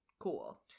cool